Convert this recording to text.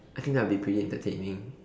I think that'll be pretty entertaining